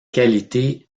qualité